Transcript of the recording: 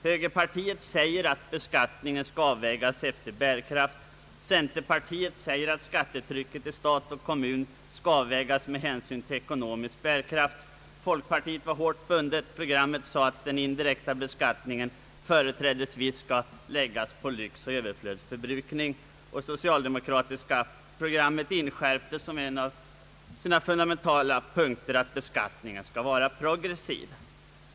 Högerpartiet ansåg att beskattningen skall avvägas efter bärkraft, centern att skattetrycket i stat och kommun skall avvägas med hänsyn till ekonomisk bärkraft. Folkpartiet sade i sitt program att den indirekta beskattningen företrädesvis skulle läggas på lyxoch överflödsförbrukning. <Socialdemokratiska programmet inskärpte som en av sina fundamentala punkter att beskattningen skall vara progressiv.